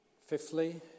Fifthly